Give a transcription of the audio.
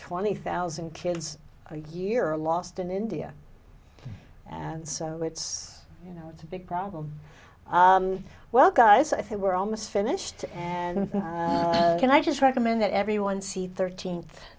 twenty thousand kids a year are lost in india and so it's you know it's a big problem well guys i say we're almost finished can i just recommend that everyone see thirteenth